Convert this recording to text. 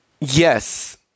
yes